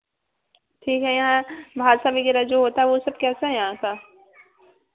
ठीक है यहाँ भाषा विगेरह जो होता है वह सब कैसा है यहाँ का